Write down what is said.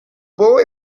boy